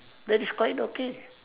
that is quite okay